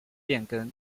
变更